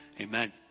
amen